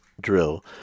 drill